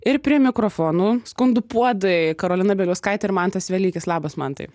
ir prie mikrofonų skundų puodai karolina bieliauskaitė ir mantas velykis labas mantai